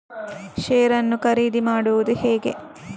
Share ನ್ನು ಖರೀದಿ ಹೇಗೆ ಮಾಡುವುದು?